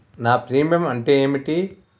నా ప్రీమియం అంటే ఏమిటి?